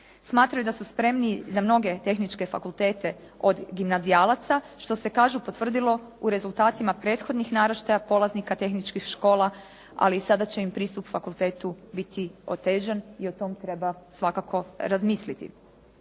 Smatraju da su spremni za mnoge tehničke fakultete od gimnazijalaca, što se kažu potvrdilo u rezultatima prethodnih naraštaja polaznika tehničkih škola, ali sada će im pristup fakultetu biti otežan i o tom treba svakako razmisliti.